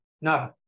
No